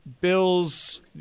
bills